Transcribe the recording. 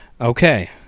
Okay